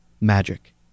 magic